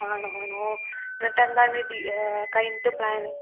ആണോ ആണോ എന്നിട്ടെന്താണ് ഡീ കഴിഞ്ഞിട്ട് പ്ലാന്